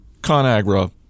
ConAgra